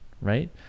right